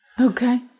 Okay